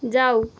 जाऊ